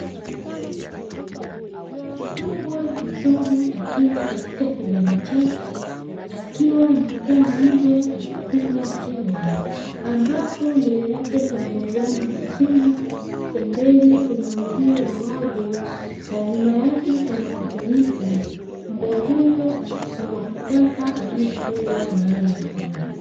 Mbwa mzuri akiwa katika kibanda chake akiwa amekaa nje akipunga hewa; ambapo mbele yake kuna majani mazuri, pembeni kuna uzio wa wavu na nyuma yake kuna mitimiti. Mbwa huyo ni wa kisasa anayefugwa mahali hapo.